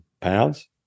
pounds